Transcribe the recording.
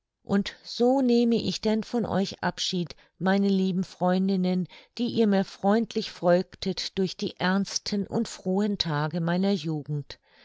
und so nehme ich denn von euch abschied meine lieben freundinnen die ihr mir freundlich folgtet durch die ernsten und frohen tage meiner jugend